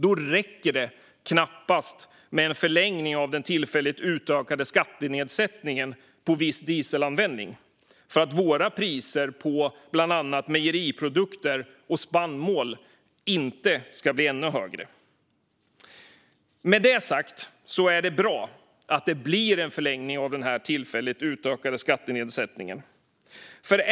Det räcker knappast med en förlängning av den tillfälligt utökade skattenedsättningen på viss dieselanvändning för att priserna på exempelvis mejeriprodukter och spannmål inte ska bli ännu högre. Med det sagt är det bra att det blir en förlängning av den tillfälligt utökade skattenedsättningen.